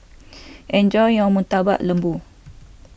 enjoy your Murtabak Lembu